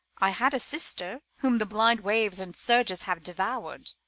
i had a sister, whom the blind waves and surges have devour'd.